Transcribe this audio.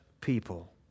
people